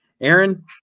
Aaron